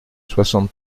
soixante